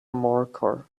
marker